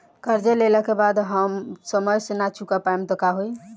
कर्जा लेला के बाद समय से ना चुका पाएम त का होई?